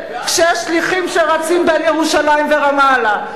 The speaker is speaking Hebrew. כשיש שליחים שרצים בין ירושלים לרמאללה,